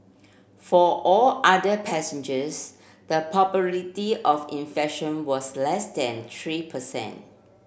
for all other passengers the probability of infection was less than three per cent